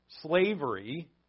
slavery